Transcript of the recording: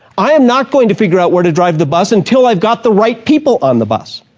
i am not going to figure out where to drive the bus until i've got the right people on the bus.